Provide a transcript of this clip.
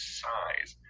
size